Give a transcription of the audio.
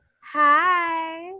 hi